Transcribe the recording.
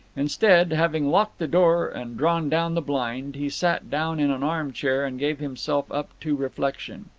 instead, having locked the door and drawn down the blind, he sat down in an arm-chair and gave himself up to reflection.